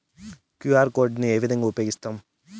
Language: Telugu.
క్యు.ఆర్ కోడ్ ను ఏ విధంగా ఉపయగిస్తాము?